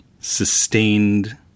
Sustained